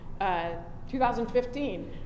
2015